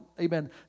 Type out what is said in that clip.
amen